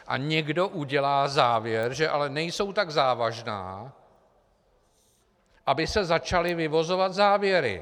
A někdo udělá závěr, že ale nejsou tak závažná, aby se začaly vyvozovat závěry.